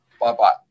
Bye-bye